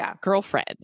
girlfriend